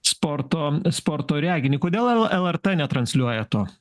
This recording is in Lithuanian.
sporto sporto reginį kodėl lrt netransliuoja to